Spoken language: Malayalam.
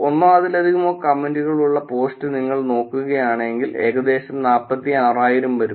ഒന്നോ അതിലധികമോ കമന്റുകളുള്ള പോസ്റ്റ് നിങ്ങൾ നോക്കുകയാണെങ്കിൽ ഏകദേശം 46000 വരും